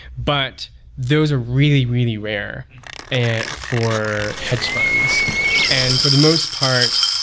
but those are really, really rare and for hedge fund and for the most part,